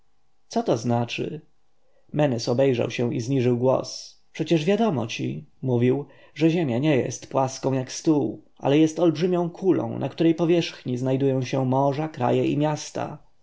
co to znaczy menes obejrzał się i zniżył głos przecież wiadomo ci mówił że ziemia nie jest płaską jak stół ale jest olbrzymią kulą na której powierzchni znajdują się morza kraje i miasta